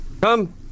come